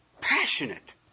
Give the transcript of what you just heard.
Passionate